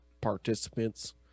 participants